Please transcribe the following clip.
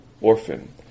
orphan